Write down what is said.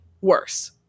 worse